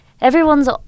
Everyone's